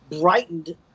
brightened